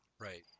right